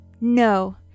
No